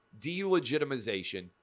delegitimization